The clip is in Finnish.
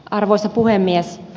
arvoisa puhemies